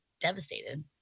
devastated